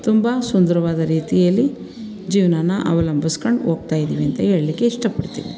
ತುಂಬ ಸುಂದರವಾದ ರೀತಿಯಲ್ಲಿ ಜೀವನನ ಅವಲಂಬಿಸ್ಕೊಂಡು ಹೋಗ್ತಾಯಿದ್ದೀವಿ ಅಂತ ಹೇಳ್ಳಿಕ್ಕೆ ಇಷ್ಟಪಡ್ತೀನಿ